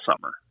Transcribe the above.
summer